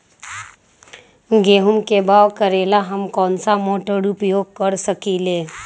गेंहू के बाओ करेला हम कौन सा मोटर उपयोग कर सकींले?